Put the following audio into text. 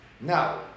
Now